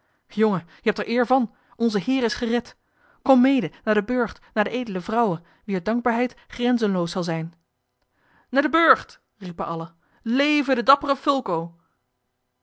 jongen je hebt er eer van onze heer is gered kom mede naar den burcht naar de edele vrouwe wier dankbaarheid grenzenloos zal zijn naar den burcht riepen allen leve de dappere fulco